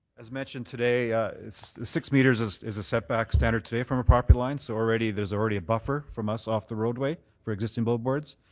as mentioned today, the six metres is is a setback standard today from a property line. so already there's already a buffer from us off the roadway for existing billboards.